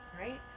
right